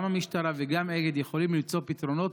גם המשטרה וגם אגד יכולות למצוא פתרונות,